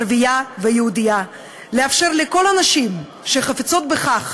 ערבייה ויהודייה, לאפשר לכל הנשים שחפצות בכך,